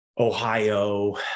Ohio